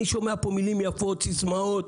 אני שומע פה מילים יפות, סיסמאות.